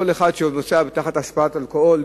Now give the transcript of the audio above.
אחד שנוסע תחת השפעת אלכוהול,